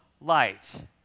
light